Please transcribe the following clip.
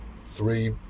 three